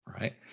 Right